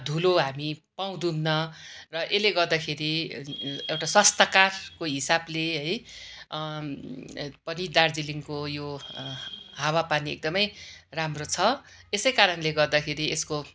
धुलो हामी पाउँदुम्न र यसले गर्दाखेरि एउटा स्वास्थ्यकरको हिसाबले है पनि दार्जिलिङको यो हावापानी एकदमै राम्रो छ यसैकारणले गर्दाखेरि यसको